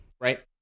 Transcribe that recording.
right